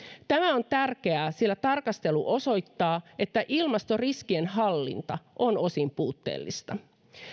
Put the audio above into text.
tämä on tärkeää sillä tarkastelu osoittaa että ilmastoriskien hallinta on osin puutteellista